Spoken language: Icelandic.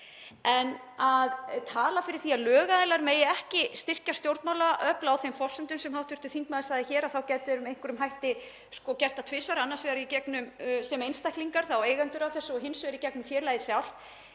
en að tala fyrir því að lögaðilar megi ekki styrkja stjórnmálaöfl á þeim forsendum sem hv. þingmaður sagði hér, að þá gætu þeir með einhverjum hætti gert það tvisvar, annars vegar sem einstaklingar, þá eigendur að þessu, og hins vegar í gegnum félagið sjálft